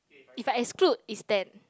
if I exclude is ten